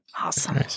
Awesome